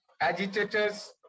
agitators